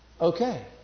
Okay